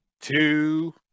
two